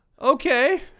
Okay